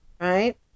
right